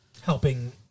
helping